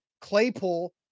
Claypool